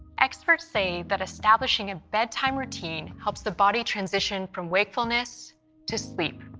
experts say that establishing a bedtime routine helps the body transition from wakefulness to sleep.